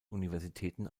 universitäten